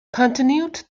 continued